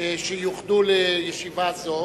שיוחדו לישיבה זו.